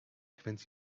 convince